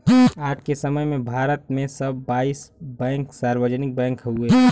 आज के समय में भारत में सब बाईस बैंक सार्वजनिक बैंक हउवे